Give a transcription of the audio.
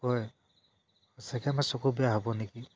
কয় চকু বেয়া হ'ব নেকি